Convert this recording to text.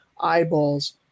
eyeballs